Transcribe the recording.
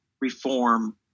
reform